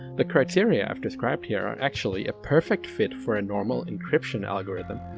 the criteria i've described here are actually a perfect fit for a normal encryption algorithm,